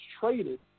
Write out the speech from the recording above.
traded